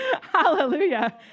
Hallelujah